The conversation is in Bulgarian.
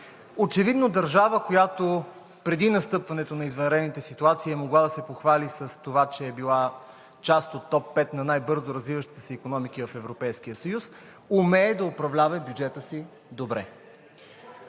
Очевидно държава, която преди настъпването на извънредните ситуации е могла да се похвали с това, че е била част от топ 5 на най-бързо развиващите се икономика в Европейския съюз, умее да управлява и бюджета си добре.